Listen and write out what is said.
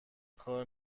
کار